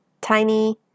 tiny